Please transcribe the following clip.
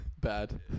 Bad